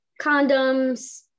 condoms